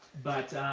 but,